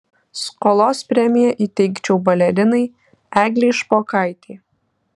skolos premiją įteikčiau balerinai eglei špokaitei